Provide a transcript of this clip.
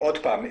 עוד פעם,